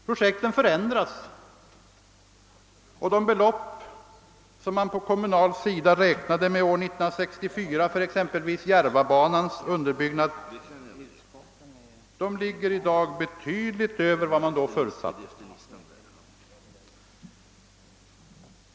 Projekten förändras, och de belopp som man på den kommunala sidan räknade med år 1964 för exempelvis Järvabanans underbyggnad ligger i dag betydligt över var man då förutsatte.